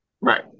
Right